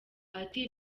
ati